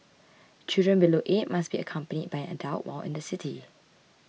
children below eight must be accompanied by an adult while in the city